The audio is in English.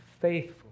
faithful